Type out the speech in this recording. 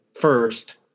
first